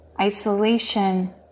isolation